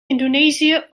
indonesië